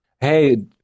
Hey